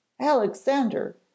alexander